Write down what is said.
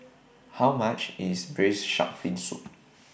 How much IS Braised Shark Fin Soup